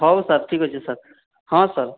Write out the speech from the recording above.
ହେଉ ସାର୍ ଠିକ୍ ଅଛି ସାର୍ ହଁ ସାର୍